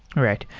right.